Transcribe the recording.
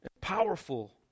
powerful